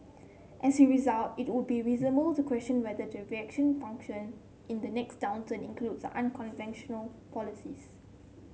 as a result it would be reasonable to question whether the reaction function in the next downturn includes unconventional policies